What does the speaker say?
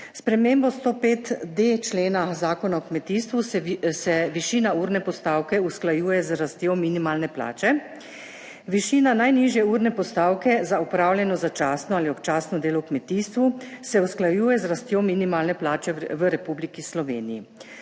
spremembo 105.d člena Zakona o kmetijstvu se višina urne postavke usklajuje z rastjo minimalne plače. Višina najnižje urne postavke za opravljeno začasno ali občasno delo v kmetijstvu se usklajuje z rastjo minimalne plače v Republiki Sloveniji.